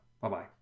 Bye-bye